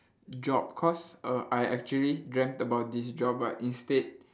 job cause err I actually dreamt about this job but instead